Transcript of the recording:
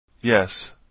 Yes